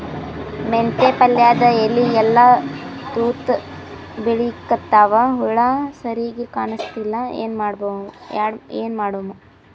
ಮೆಂತೆ ಪಲ್ಯಾದ ಎಲಿ ಎಲ್ಲಾ ತೂತ ಬಿಳಿಕತ್ತಾವ, ಹುಳ ಸರಿಗ ಕಾಣಸ್ತಿಲ್ಲ, ಏನ ಮಾಡಮು?